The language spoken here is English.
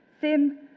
sin